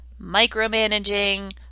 Micromanaging